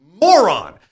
moron